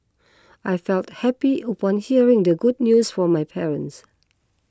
I felt happy upon hearing the good news from my parents